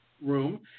room